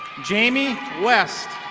jamie west.